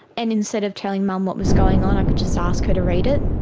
and instead of telling mum what was going on i could just ask her to read it,